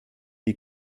die